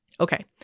Okay